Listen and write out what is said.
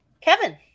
Kevin